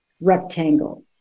rectangle